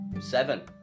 seven